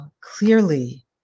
Clearly